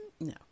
No